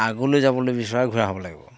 আগলৈ যাবলৈ বিচৰা ঘোঁৰা হ'ব লাগিব